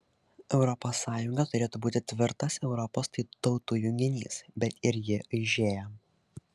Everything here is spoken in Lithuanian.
europos sąjunga turėtų būti tvirtas europos tautų junginys bet ir ji aižėja